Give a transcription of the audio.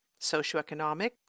Socioeconomic